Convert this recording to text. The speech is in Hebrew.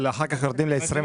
אבל אחר כך יורדים ל-20%?